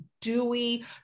dewy